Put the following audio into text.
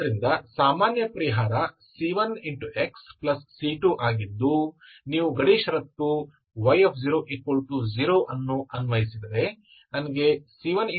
ಆದ್ದರಿಂದ ಸಾಮಾನ್ಯ ಪರಿಹಾರ c1xc2 ಆಗಿದ್ದು ನೀವು ಗಡಿ ಷರತ್ತು y0 ಅನ್ನು ಅನ್ವಯಿಸಿದರೆ ನನಗೆ c1